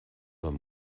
van